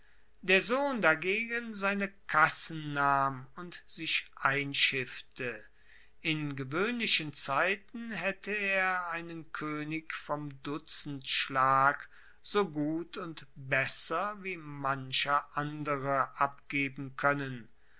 der sohn dagegen seine kassen nahm und sich einschiffte in gewoehnlichen zeiten haette er einen koenig vom dutzendschlag so gut und besser wie mancher andere abgeben koennen